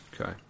okay